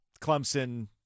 Clemson